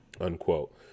unquote